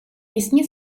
пісні